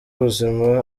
buzima